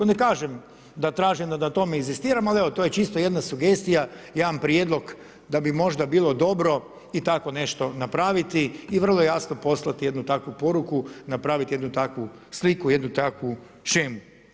Ne kažem da tražim, da na tome inzistiram, ali evo to je čisto jedna sugestija, jedan prijedlog da bi možda bilo dobro i takvo nešto napraviti i vrlo jasno poslati jednu takvu poruku, napraviti jednu takvu sliku jednu takvu šemu.